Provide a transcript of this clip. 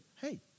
hey